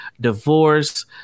divorce